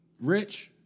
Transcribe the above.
Rich